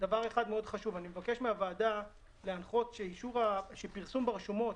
דבר אחד חשוב מאוד: אני מבקש מהוועדה להנחות שפרסום ברשומות,